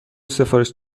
سفارش